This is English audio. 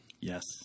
Yes